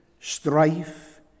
strife